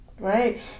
Right